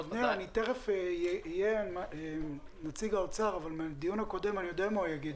תכף נדבר עם נציג האוצר אבל מהדיון הקודם אני יודע מה הוא יגיד,